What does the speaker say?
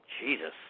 Jesus